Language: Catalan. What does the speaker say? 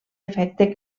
efecte